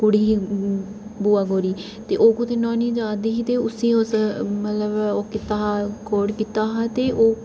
बुआ कौड़ी ओह् कुते न्हौने गी जा दी ही उसी उन मतलब कित्ता हा खोड़ कित्ता हा ते ओह्